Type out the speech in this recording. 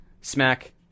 Smack